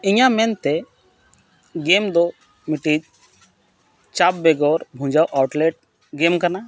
ᱤᱧᱟᱹᱜ ᱢᱮᱱᱛᱮ ᱫᱚ ᱢᱤᱫᱴᱤᱡ ᱪᱟᱯ ᱵᱮᱜᱚᱨ ᱵᱷᱩᱸᱡᱟᱹᱣ ᱠᱟᱱᱟ